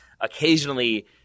occasionally